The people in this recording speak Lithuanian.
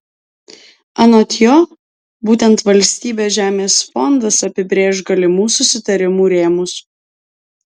anot jo būtent valstybės žemės fondas apibrėš galimų susitarimų rėmus